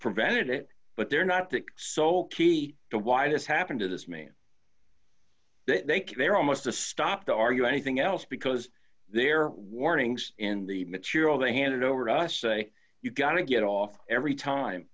prevented it but they're not the sole key to why this happened to this mean that they can they're almost a stop to argue anything else because their warnings in the material they handed over to us say you've got to get off every time